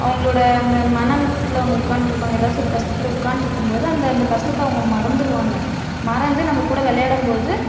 அவங்களோட அந்த மன அழுத்தத்துல அவங்க உக்காந்திருப்பாங்க ஏதாச்சும் ஒரு கஷ்டத்தில் உக்காந்திருக்கும்போது அந்த அந்த கஷ்டத்தை அவங்க மறந்துடுவாங்க மறந்து நம்மக்கூட விளையாடும் போது